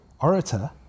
orator